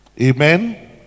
Amen